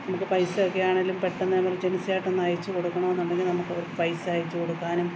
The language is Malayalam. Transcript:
നമുക്ക് പൈസയൊക്കെ ആണെങ്കിലും പെട്ടെന്ന് എമർജൻസിയായിട്ടൊന്ന് അയച്ച് കൊടുക്കണമെന്നുണ്ടെങ്കിൽ നമുക്കവർക്കു പൈസയയച്ചു കൊടുക്കാനും